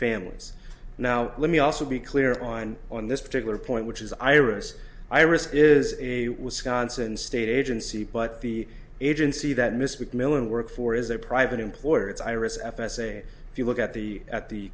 families now let me also be clear on on this particular point which is iris iris is a wisconsin state agency but the agency that miss mcmillan worked for is a private employer it's iris f s a if you look at the at the